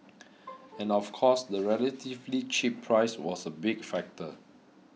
and of course the relatively cheap price was a big factor